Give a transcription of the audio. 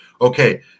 okay